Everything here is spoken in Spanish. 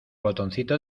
botoncito